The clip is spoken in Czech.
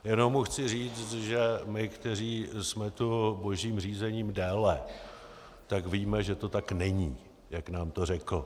Jenom mu chci říct, že my, kteří jsme tu božím řízením déle, tak víme, že to tak není, jak nám to řekl.